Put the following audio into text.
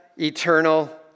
eternal